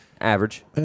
average